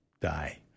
die